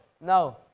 No